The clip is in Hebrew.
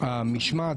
המשמעת